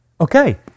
Okay